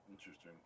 Interesting